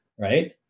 right